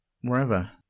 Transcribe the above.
wherever